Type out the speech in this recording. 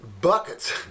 buckets